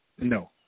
No